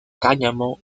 cáñamo